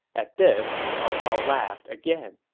at this, cao cao laughed again